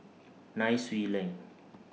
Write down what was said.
Nai Swee Leng